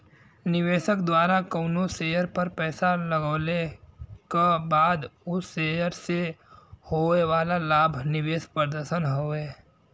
निवेशक द्वारा कउनो शेयर पर पैसा लगवले क बाद उ शेयर से होये वाला लाभ निवेश प्रदर्शन हउवे